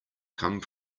come